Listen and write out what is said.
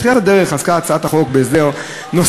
בתחילת הדרך עסקה הצעת החוק בהסדר נוסף,